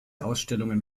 ausstellungen